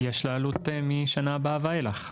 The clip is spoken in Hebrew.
יש לה עלות משנה הבאה והילך.